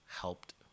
helped